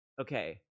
okay